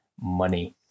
money